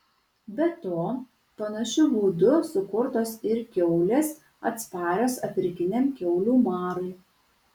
be to panašiu būdu sukurtos ir kiaulės atsparios afrikiniam kiaulių marui